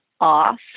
off